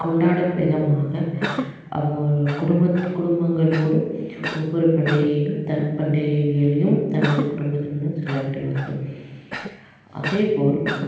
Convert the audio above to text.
கொண்டாடும் விதமாக அவங்களோடய குடும்பத் குடும்பங்களோடு ஒவ்வொரு பண்டிகையும் த பண்டிகைகளிலேயும் தனது குடும்பத்துடனும் செலவிடுவார்கள் அதே போல்